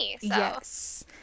Yes